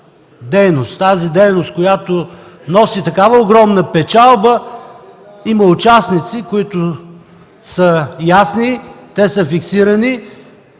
дейност, която носи такава огромна печалба, има участници, които са ясни и фиксирани.